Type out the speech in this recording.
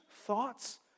thoughts